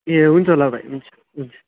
ए हुन्छ ल भाइ हुन्छ हुन्छ